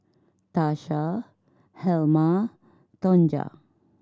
Tasha Helma Tonja